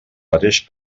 mateix